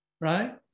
Right